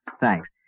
Thanks